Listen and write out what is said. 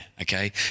okay